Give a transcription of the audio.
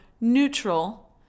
neutral